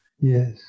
Yes